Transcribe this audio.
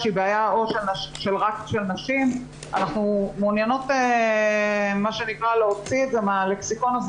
אנחנו מעוניינות להוציא את זה מהלקסיקון.